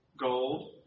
gold